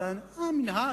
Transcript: אבל המנהג,